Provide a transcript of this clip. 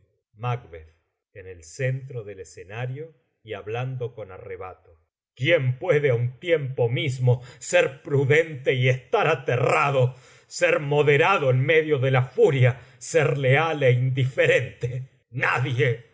quitarles la vida macd por qué habéis hecho eso macb eh el centro del escenario y hablando con arrebato quién puede á un tiempo mismo ser prudente y estar aterrado ser moderado en medio de la furia ser leal é indiferente nadie